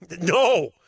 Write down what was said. No